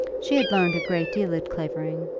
she had learned a great deal at clavering,